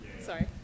sorry